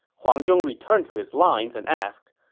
huang zhong returned to his lines and asked,